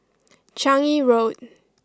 Changi Road